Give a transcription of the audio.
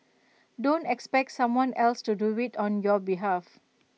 don't expect someone else to do IT on your behalf